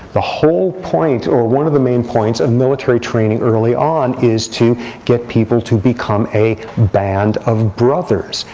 the whole point, or one of the main points, of military training early on is to get people to become a band of brothers,